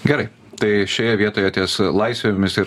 gerai tai šioje vietoje ties laisvėmis ir